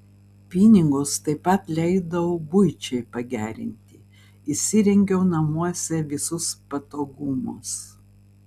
pinigus taip pat leidau buičiai pagerinti įsirengiau namuose visus patogumus